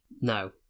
No